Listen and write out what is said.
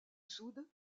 soude